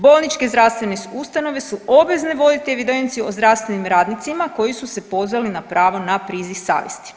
Bolničke zdravstvene ustanove su obvezne voditi evidenciju o zdravstvenim radnicima koji su se pozvali na pravo na priziv savjesti.